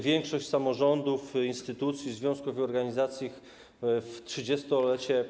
Większość samorządów, instytucji, związków i organizacji w 30-lecie.